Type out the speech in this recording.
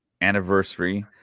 anniversary